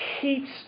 keeps